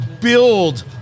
build